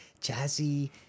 Jazzy